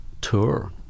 tour